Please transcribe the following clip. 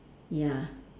ya